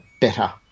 better